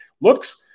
looks